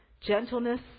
gentleness